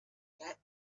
that